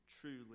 truly